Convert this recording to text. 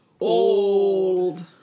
old